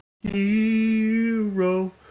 hero